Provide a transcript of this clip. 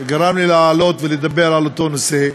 גרם לי לעלות ולדבר על אותו נושא.